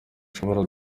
ushobora